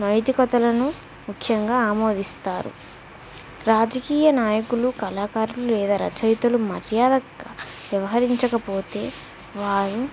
నైతికతలను ముఖ్యంగా ఆమోదిస్తారు రాజకీయ నాయకులు కళాకారులు లేదా రచయితలు మర్యాద వ్యవహరించకపోతే వారు